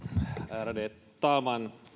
ärade talman